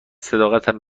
صداقتم